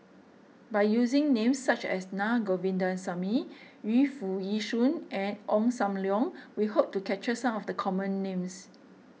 by using names such as Naa Govindasamy Yu Foo Yee Shoon and Ong Sam Leong we hope to capture some of the common names